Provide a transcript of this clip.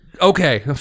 Okay